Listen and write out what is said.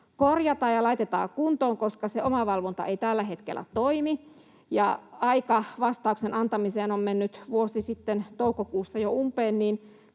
korjataan ja laitetaan kuntoon, koska se omavalvonta ei tällä hetkellä toimi, ja aika vastauksen antamiseen on mennyt jo vuosi sitten toukokuussa umpeen.